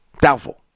Doubtful